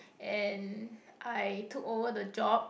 and I took over the job